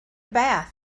bath